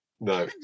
No